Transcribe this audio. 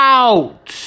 out